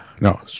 No